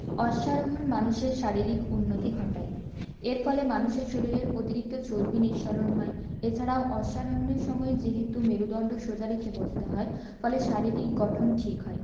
অশ্বারোহণ মানুষের শারীরিক উন্নতি ঘটায় এর ফলে মানুষের শরীরের অতিরিক্ত চর্বি নিঃসরণ হয় এছাড়াও অশ্বারোহণের সময় যেহেতু মেরুদন্ড সোজা রেখে বসতে হয় ফলে শারীরিক গঠন ঠিক হয়